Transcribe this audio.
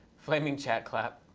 flaming chat clap,